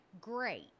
great